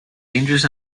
dangers